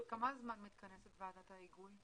כל כמה זמן מתכנסת ועדת ההיגוי?